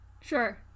Sure